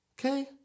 okay